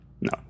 No